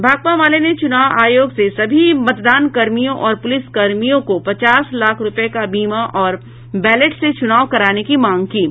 भाकपा माले ने चूनाव आयोग से सभी मतदानकर्मियों और प्रलिसकर्मियों को पचास लाख रूपये का बीमा और बैलेट से चुनाव कराने की मांग की है